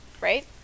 Right